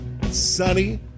sunny